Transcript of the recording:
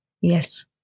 Yes